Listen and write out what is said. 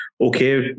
okay